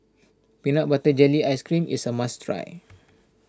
Peanut Butter Jelly Ice Cream is a must try